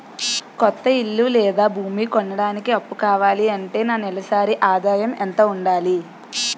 కొత్త ఇల్లు లేదా భూమి కొనడానికి అప్పు కావాలి అంటే నా నెలసరి ఆదాయం ఎంత ఉండాలి?